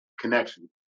connection